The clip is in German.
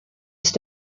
ist